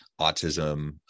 autism